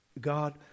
God